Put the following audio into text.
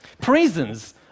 Prisons